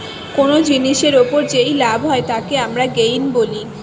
কোন জিনিসের ওপর যেই লাভ হয় তাকে আমরা গেইন বলি